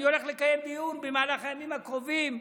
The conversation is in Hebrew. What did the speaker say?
במהלך הימים הקרובים,